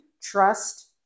trust